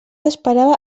esperava